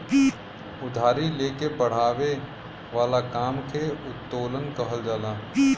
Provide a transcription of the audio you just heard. उधारी ले के बड़ावे वाला काम के उत्तोलन कहल जाला